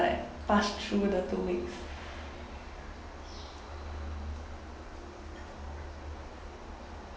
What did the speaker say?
like past through the two weeks